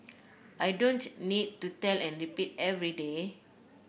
I don't need to tell and repeat every day